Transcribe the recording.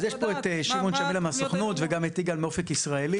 אז יש פה את שמעון שמילה מהסוכנות וגם את יגאל מאופק ישראלי.